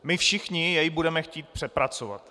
My všichni jej budeme chtít přepracovat.